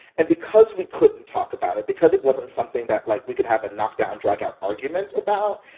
and because we couldn't talk about it because it wasn't something that, like, we could have a knock-down, drag-out argument about,